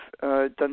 done